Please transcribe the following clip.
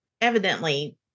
Evidently